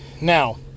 now